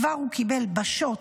וכבר הוא קיבל בשוט.